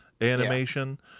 animation